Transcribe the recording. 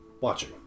watching